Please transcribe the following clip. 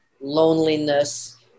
loneliness